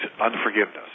unforgiveness